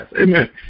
Amen